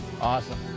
Awesome